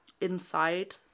inside